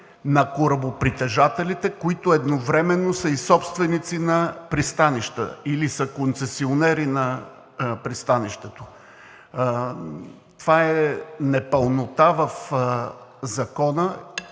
на корабопритежателите, които едновременно са и собственици на пристанища или са концесионери на пристанището. Това е непълнота в Закона